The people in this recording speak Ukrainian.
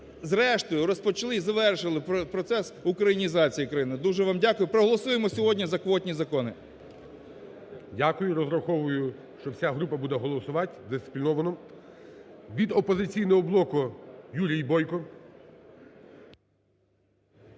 зрештою розпочали і завершили процес українізації країни. Дуже вам дякую. Проголосуймо сьогодні за квотні закони. ГОЛОВУЮЧИЙ. Дякую, розраховую, що вся група буде голосувати дисципліновано. Від "Опозиційного блоку" Юрій Бойко.